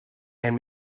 and